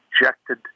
ejected